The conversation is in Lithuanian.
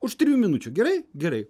už trijų minučių gerai gerai